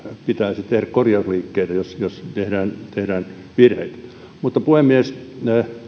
pitäisi tehdä korjausliikkeitä jos jos tehdään virheitä puhemies